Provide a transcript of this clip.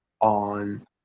on